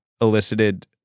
elicited